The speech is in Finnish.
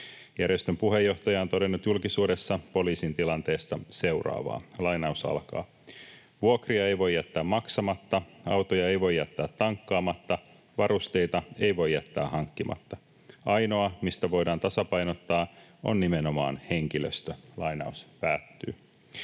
Järjestön puheenjohtaja on todennut julkisuudessa poliisin tilanteesta seuraavaa: ”Vuokria ei voi jättää maksamatta, autoja ei voi jättää tankkaamatta, varusteita ei voi jättää hankkimatta. Ainoa, mistä voidaan tasapainottaa, on nimenomaan henkilöstö.” Tämä